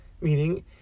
meaning